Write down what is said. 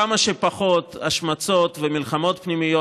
כמה שפחות השמצות ומלחמות פנימיות.